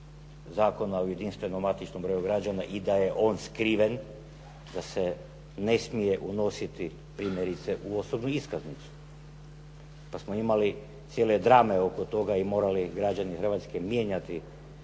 problem o jedinstvenom matičnom broju građana i da je on skriven, da se ne smije unositi primjerice u osobnu iskaznicu. Pa smo imali cijele drame oko toga i morali građani Hrvatske mijenjati